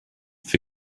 for